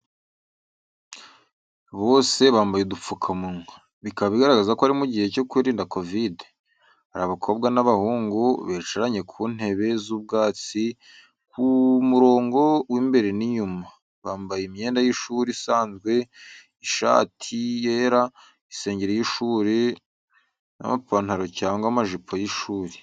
Bose bambaye udupfukamunwa, bikaba bigaragaza ko ari mu gihe cyo kwirinda kovide. Hari abakobwa n’abahungu, bicaranye ku ntebe z’ubwatsi mu murongo w’imbere n’inyuma. Bambaye imyenda y’ishuri isanzwe, ishati yera, isengeri y’ishuri n’amapantaro cyangwa amajipo y’ishuri.